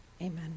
amen